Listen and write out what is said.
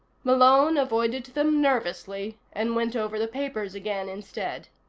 malone avoided them nervously, and went over the papers again instead.